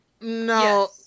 No